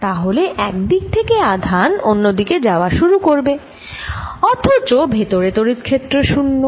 নাহলে একদিক থেকে আধান অন্য দিকে যাওয়া শুরু করবে অথচ ভেতরে তড়িত ক্ষেত্র 0